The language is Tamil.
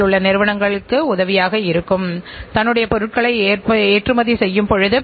எனவே அங்கு பணியமர்த்தப்பட்டு இருக்கும் நபரும் தனது சொந்த வேகத்துடன் பணிபுரிகிறார்